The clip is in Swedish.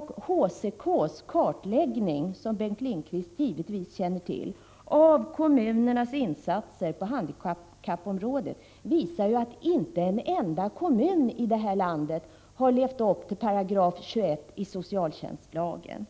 HCK:s kartläggning, som Bengt Lindqvist givetvis känner till, av kommunernas insatser på handikappområdet visar att inte en enda kommun här i landet harlevt upp till 21 § i socialtjänstlagen.